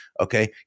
Okay